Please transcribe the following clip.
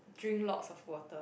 drink lots of water